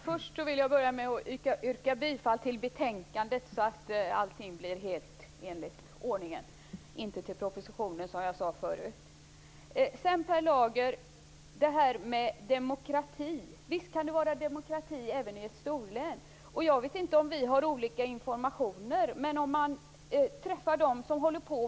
Herr talman! Visst kan det vara demokrati även i ett storlän, Per Lager. Jag vet inte om vi har olika information när det gäller jämställdhet.